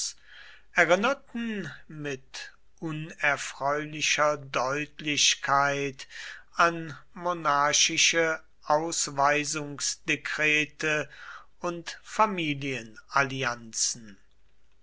erinnerten mit unerfreulicher deutlichkeit an monarchische ausweisungsdekrete und